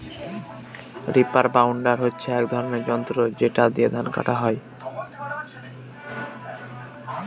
reaper binder হচ্ছে এক ধরনের যন্ত্র যেটা দিয়ে ধান কাটা হয়